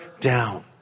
down